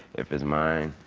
if it's mine,